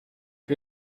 com